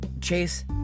Chase